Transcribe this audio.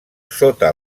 sota